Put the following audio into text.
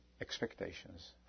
expectations